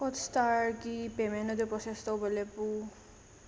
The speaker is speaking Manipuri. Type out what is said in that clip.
ꯍꯣꯠꯁ꯭ꯇꯥꯔꯒꯤ ꯄꯦꯃꯦꯟ ꯑꯗꯨ ꯄ꯭ꯔꯣꯁꯦꯁ ꯇꯧꯕ ꯂꯦꯞꯄꯨ